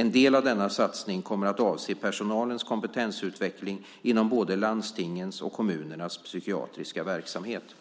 En del av denna satsning kommer att avse personalens kompetensutveckling inom både landstingens och kommunernas psykiatriska verksamheter.